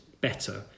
better